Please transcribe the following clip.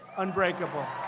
unbreakable.